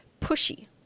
pushy